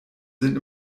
sind